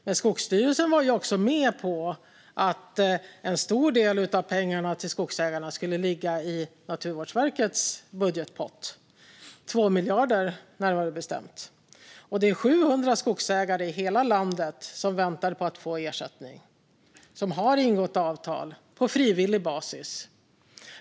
Men Skogsstyrelsen var ju också med på att en stor del av pengarna till skogsägarna skulle ligga i Naturvårdsverkets budgetpott - 2 miljarder, närmare bestämt, och det är 700 skogsägare i hela landet som väntar på att få ersättning och som har ingått avtal på frivillig basis.